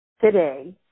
today